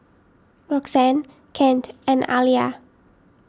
Roxanne Kent and Aliya